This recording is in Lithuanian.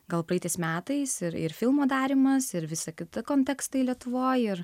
gal praeitais metais ir ir filmo darymas ir visa kita kontekstai lietuvoj ir